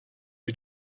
you